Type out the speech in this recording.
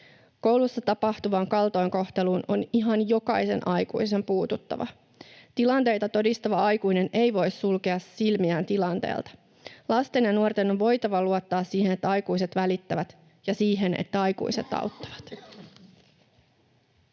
Koulussa tapahtuvaan kaltoinkohteluun on ihan jokaisen aikuisen puututtava. Tilanteita todistava aikuinen ei voi sulkea silmiään tilanteelta. Lasten ja nuorten on voitava luottaa siihen, että aikuiset välittävät, ja siihen, että aikuiset auttavat.